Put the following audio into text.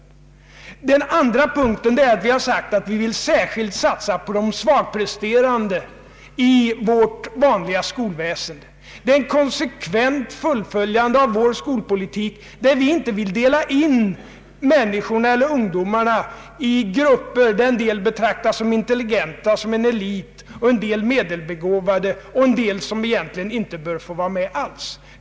För det andra har vi sagt att vi i vårt vanliga skolväsende särskilt vill satsa på de svagpresterande. Det är ett konsekvent fullföljande av vår skolpolitik, där vi inte vill dela in ungdomarna i grupper, där en del betraktas som intelligenta — en elit — en del som medelbegåvade och en del som stående helt utanför.